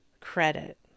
credit